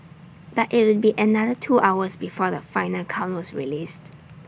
but IT would be another two hours before the final count was released